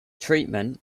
treatment